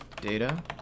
data